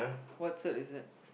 what cert is that